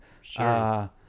Sure